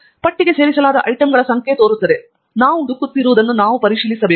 ಪಟ್ಟಿಗೆ ಸೇರಿಸಲಾದ ಐಟಂಗಳ ಸಂಖ್ಯೆ ತೋರಿಸಲಾಗುತ್ತದೆ ಮತ್ತು ನಾವು ಹುಡುಕುತ್ತಿರುವುದನ್ನು ನಾವು ಪರಿಶೀಲಿಸಬೇಕು